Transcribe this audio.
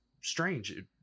strange